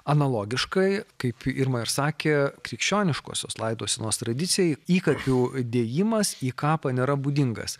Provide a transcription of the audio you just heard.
analogiškai kaip irma ir sakė krikščioniškosios laidosenos tradicijai įkapių dėjimas į kapą nėra būdingas